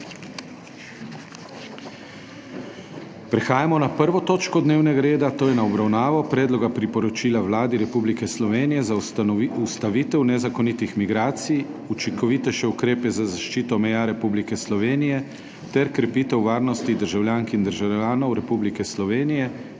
lotevata na napačni strani. Tudi s tokratnim predlogom priporočil Vladi Republike Slovenije za ustavitev nezakonitih migracij, učinkovitejše ukrepe za zaščito meja Republike Slovenije ter krepitev varnosti državljank in državljanov Republike Slovenije